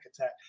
attack